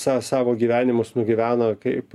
sa savo gyvenimus nugyvena kaip